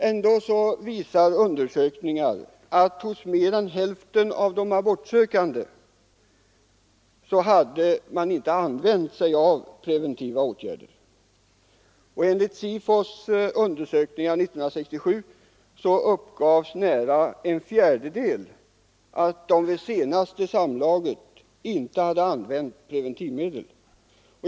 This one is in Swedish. Ändå visar undersökningar att mer än hälften av de abortsökande inte hade tillgripit preventiva åtgärder. I SIFO:s undersökning av 1967 uppgav nära en fjärdedel inom hela befolkningen att de vid senaste samlaget inte hade använt preventivmedel.